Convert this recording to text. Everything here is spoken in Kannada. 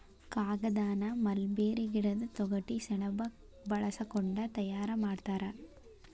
ಕಾಗದಾನ ಮಲ್ಬೇರಿ ಗಿಡದ ತೊಗಟಿ ಸೆಣಬ ಬಳಸಕೊಂಡ ತಯಾರ ಮಾಡ್ತಾರ